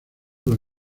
los